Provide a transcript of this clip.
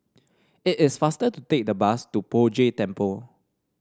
it is faster to take the bus to Poh Jay Temple